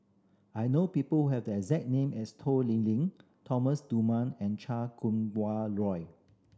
I know people who have the exact name as Toh Liying Thomas Dunman and Chan Kum Wah Roy